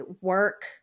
work